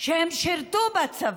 שהם שירתו בצבא,